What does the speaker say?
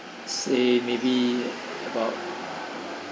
say maybe about